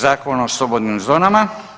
Zakona o slobodnim zonama.